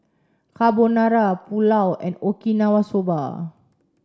Carbonara Pulao and Okinawa soba